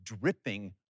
dripping